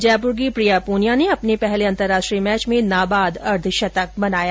जयपुर की प्रिया पूनिया ने अपने पहले अंतराष्ट्रीय मैच में नाबाद अर्द्वशतक बनाया